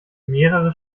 mehrere